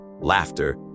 Laughter